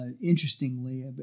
interestingly